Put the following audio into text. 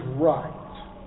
right